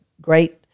great